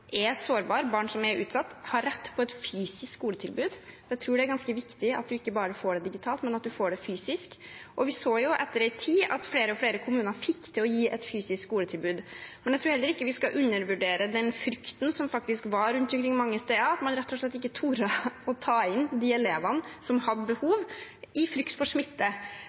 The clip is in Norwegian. er sårbare, barn som er utsatt, har rett på et fysisk skoletilbud. Jeg tror det er ganske viktig at en ikke bare får det digitalt, men at en får det fysisk. Vi så etter en tid at flere og flere kommuner fikk til å gi et fysisk skoletilbud. Nå tror jeg heller ikke vi skal undervurdere den frykten som var rundt omkring mange steder, at man rett og slett ikke turte å ta inn de elevene som hadde behov, i frykt for